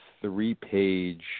three-page